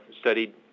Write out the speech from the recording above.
studied